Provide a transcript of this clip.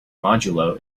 modulo